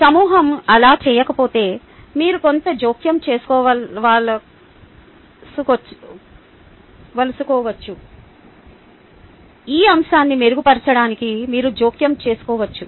సమూహం అలా చేయకపోతే మీరు కొంత జోక్యం చేసుకోవాలనుకోవచ్చు ఈ అంశాన్ని మెరుగుపరచడానికి మీరు జోక్యం చేసుకోవచ్చు